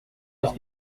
parce